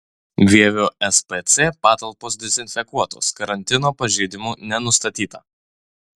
vievio spc patalpos dezinfekuotos karantino pažeidimų nenustatyta